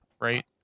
right